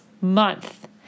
month